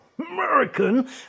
American